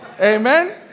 Amen